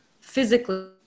physically